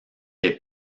les